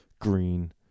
green